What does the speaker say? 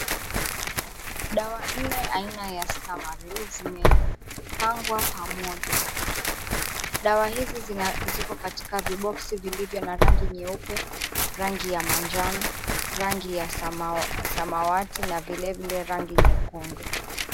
Dawa nne aina ya STAMARIL zimepangwa pamoja. Dawa hizi ziko katika viboksi vilivyo na rangi nyeupe, rangi ya manjano, rangi ya samawati na vilevile rangi nyekundu.